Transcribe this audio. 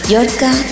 Yorka